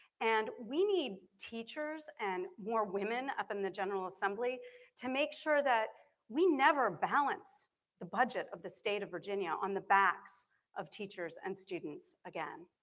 and we need teachers and more women up in the general assembly to make sure that we never balance the budget of the state of virginia on the backs of teachers and students again.